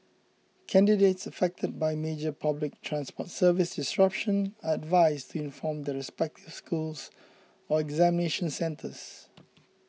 candidates affected by major public transport service disruption are advised to inform their respective schools or examination centres